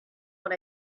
what